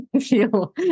feel